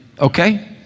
Okay